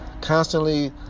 constantly